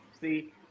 See